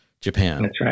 Japan